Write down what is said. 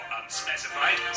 unspecified